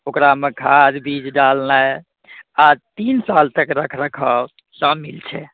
ओकरामे खाद बीज डालनाइ आओर तीन साल तक रखरखाव शामिल छै